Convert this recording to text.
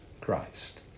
Christ